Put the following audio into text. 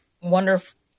wonderful